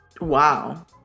Wow